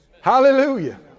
Hallelujah